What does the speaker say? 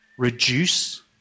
Reduce